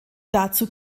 dazu